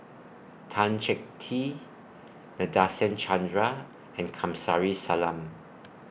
Tan Chee Teck T Nadasen Chandra and Kamsari Salam